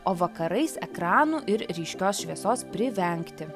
o vakarais ekranų ir ryškios šviesos privengti